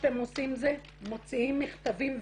שאתם עושים זה מוציאים מכתבים ומיילים,